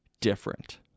different